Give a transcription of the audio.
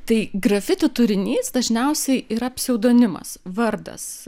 tai grafiti turinys dažniausiai yra pseudonimas vardas